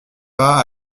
pas